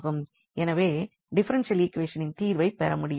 எனவே டிஃபரென்ஷியல் ஈக்வேஷனின் தீர்வைப் பெறமுடியும்